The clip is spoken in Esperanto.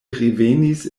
revenis